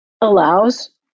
allows